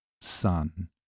Son